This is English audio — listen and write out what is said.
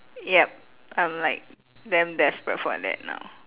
yup I'm like damn desperate for that now